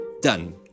done